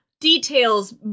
Details